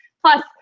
Plus